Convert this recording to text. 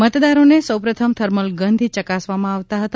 મતદારોને સર્વ પ્રથમ થર્મલ ગનથી ચકાસવામાં આવતા હતા